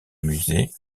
musée